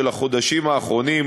של החודשים האחרונים,